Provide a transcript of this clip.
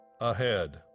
ahead